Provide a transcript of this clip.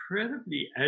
incredibly